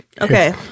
Okay